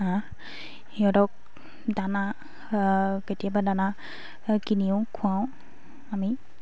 সিহঁতক দানা কেতিয়াবা দানা কিনিও খুৱাওঁ আমি